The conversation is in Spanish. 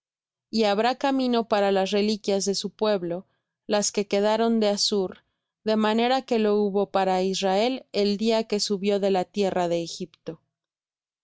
y habrá camino para las reliquias de su pueblo las que quedaron de assur de la manera que lo hubo para israel el día que subió de la tierra de egipto